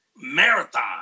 marathon